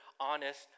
honest